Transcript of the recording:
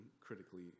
critically